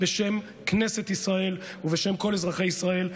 בשם כנסת ישראל ובשם כל אזרחי ישראל.